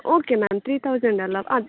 okay ma'am three thousand ಅಲ್ಲ ಅದು